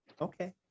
okay